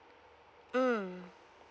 mm